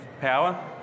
power